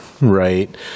right